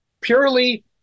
purely